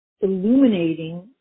illuminating